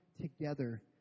together